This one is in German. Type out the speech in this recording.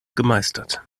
gemeistert